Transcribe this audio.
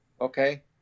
Okay